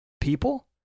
people